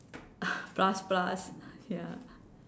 plus plus ya